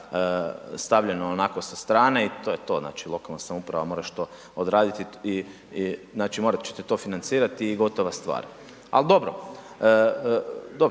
stavljeno onako sa strane i to je to, znači lokalna samouprava moraš to odraditi, znači morat ćete to financirati i gotova stvar, ali dobro,